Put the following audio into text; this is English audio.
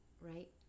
right